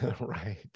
Right